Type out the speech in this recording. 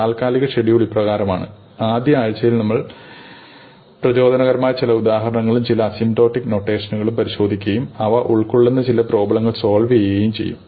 താൽക്കാലിക ഷെഡ്യൂൾ ഇപ്രകാരമാണ് ആദ്യ ആഴ്ചയിൽ നമ്മൾ പ്രചോദനകരമായ ചില ഉദാഹരണങ്ങളും ചില അസിംപോട്ടിക് നൊട്ടേഷനുകളും പരിശോധിക്കുകയും അവ ഉൾക്കൊള്ളുന്ന ചില പ്രോബ്ലങ്ങൾ സോൾവ് ചെയ്യുകയും ചെയ്യും